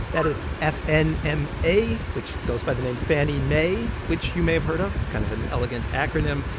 that is f n m a, which goes by the name fannie mae, which you may have heard of. it's kind of an elegant acronym.